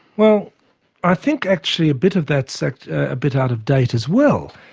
well i think actually a bit of that's actually a bit out of date as well,